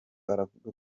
aravuga